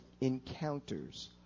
encounters